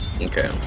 Okay